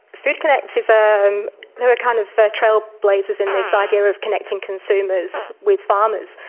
foodconnect is. um and they were kind of trailblazers in this idea of connecting consumers with farmers.